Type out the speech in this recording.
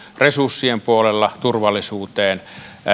resurssien puolella turvallisuuteen